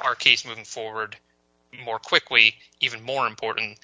our case moving forward more quickly even more important